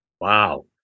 wow